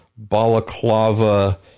balaclava